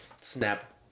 snap